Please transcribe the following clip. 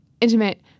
intimate